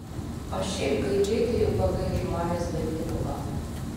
o šiaip gaidžiai tai ubagai žmonės be pinigo